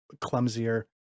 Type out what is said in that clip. clumsier